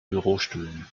bürostühlen